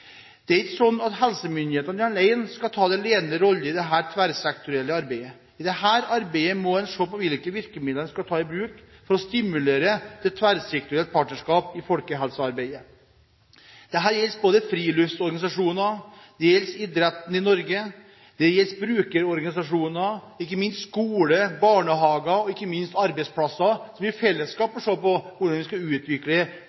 Det er ikke slik at helsemyndighetene alene skal ta den ledende rollen i det tverrsektorielle arbeidet. I dette arbeidet må en se på hvilke virkemidler en skal ta i bruk for å stimulere til tverrsektorielt partnerskap i folkehelsearbeidet. Dette gjelder friluftsorganisasjoner, det gjelder idretten i Norge, det gjelder brukerorganisasjoner og ikke minst skoler, barnehager og arbeidsplasser. I fellesskap